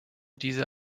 diese